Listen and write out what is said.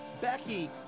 Becky